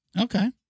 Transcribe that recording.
Okay